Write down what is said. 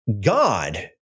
God